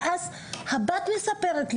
עוד סיפרה לי הבת: